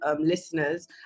listeners